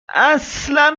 اصلا